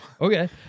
Okay